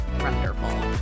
wonderful